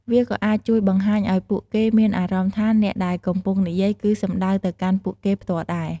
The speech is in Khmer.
វាក៏អាចជួយបង្ហាញឱ្យពួកគេមានអារម្មណ៍ថាអ្នកដែលកំពុងនិយាយគឺសំដៅទៅកាន់ពួកគេផ្ទាល់ដែរ។